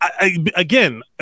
again